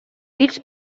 більш